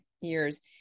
years